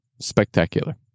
spectacular